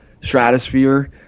stratosphere